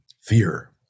fear